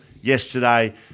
yesterday